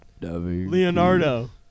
Leonardo